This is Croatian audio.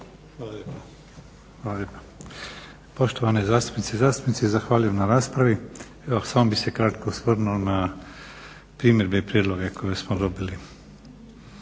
Hvala lijepa. Poštovane zastupnice i zastupnici, zahvaljujem na raspravi. Evo samo bih se kratko osvrnuo na primjedbe i prijedloge koje smo dobili.